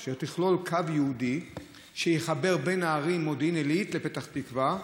אשר תכלול קו ייעודי שיחבר בין הערים מודיעין עילית לפתח תקווה,